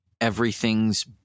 everything's